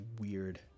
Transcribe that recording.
weird